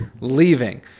leaving